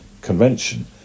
convention